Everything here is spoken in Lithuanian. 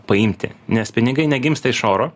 paimti nes pinigai negimsta iš oro